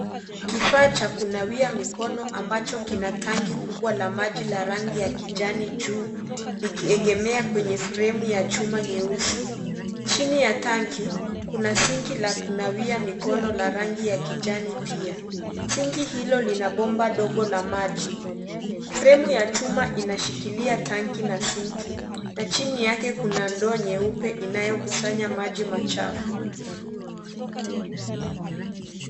Kifaa cha kunawia mikono ambacho kina tanki kubwa la maji la rangi ya kijani juu likiegemea kwenye fremu ya chuma nyeusi. Chini ya tanki kuna sinki la kunawia mikono la rangi ya kijani pia. Sinki hilo lina bomba dogo la maji. Fremu ya chuma inashikilia tanki na sinki na chini yake kuna ndoo nyeupe inayokusanya maji machafu.